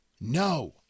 No